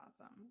awesome